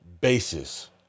basis